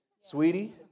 sweetie